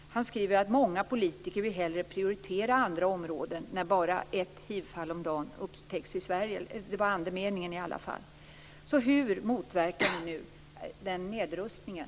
Han skriver: Många politiker vill hellre prioritera andra områden, eftersom bara ett hivfall om dagen upptäcks i Sverige. Det var andemeningen i alla fall. Hur motverkar vi nu den nedrustningen?